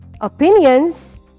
opinions